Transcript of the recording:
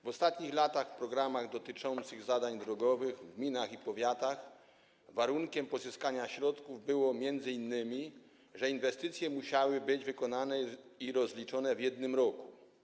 W ostatnich latach w programach dotyczących zadań drogowych w gminach i powiatach warunkiem pozyskania środków było m.in. to, że inwestycje musiały być wykonane i rozliczone w jednym roku.